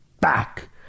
back